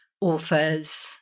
Authors